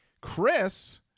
Chris